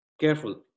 careful